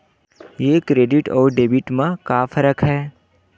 ये क्रेडिट आऊ डेबिट मा का फरक है?